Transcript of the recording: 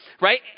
Right